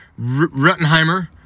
Ruttenheimer